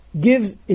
gives